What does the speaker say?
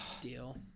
deal